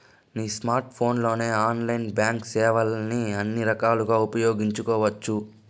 నీ స్కోర్ట్ ఫోన్లలో ఆన్లైన్లోనే బాంక్ సేవల్ని అన్ని రకాలుగా ఉపయోగించవచ్చు